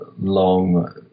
long